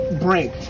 break